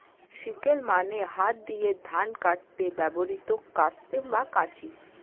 sickle মানে হাত দিয়ে ধান কাটতে ব্যবহৃত কাস্তে বা কাঁচি